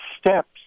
steps